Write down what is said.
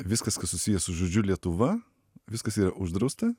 viskas kas susiję su žodžiu lietuva viskas yra uždrausta